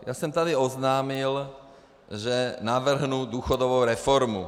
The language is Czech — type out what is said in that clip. Já jsem tady oznámil, že navrhnu důchodovou reformu.